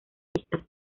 listas